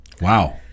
Wow